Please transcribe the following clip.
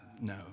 no